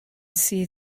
see